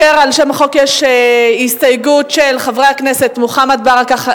לשם החוק יש הסתייגות של חברי הכנסת מוחמד ברכה,